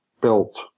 Built